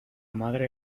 madre